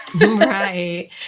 right